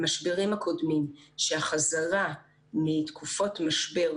אני יכולה לציין את "רואים רחוק",